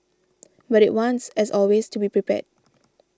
but it wants as always to be prepared